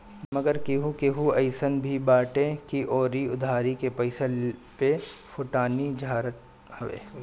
मगर केहू केहू अइसन भी बाटे की उ उधारी के पईसा पे फोटानी झारत हवे